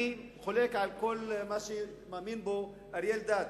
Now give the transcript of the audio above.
אני חולק על כל מה שמאמין בו אריה אלדד,